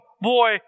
boy